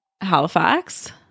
Halifax